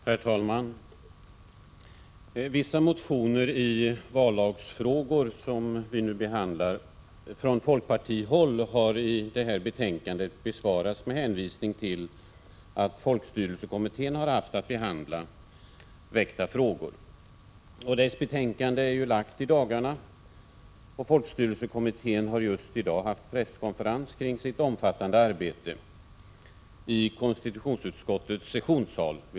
Herr talman! Vissa folkpartimotioner i vallagsfrågor som vi nu behandlar har i detta betänkande besvarats med hänvisning till att folkstyrelsekommittén har haft att behandla väckta frågor. Dess betänkande har framlagts i dagarna, och folkstyrelsekommittén har just i dag haft presskonferens kring sitt omfattande arbete.